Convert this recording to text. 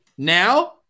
Now